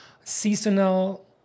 seasonal